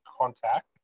contact